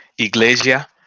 Iglesia